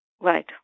Right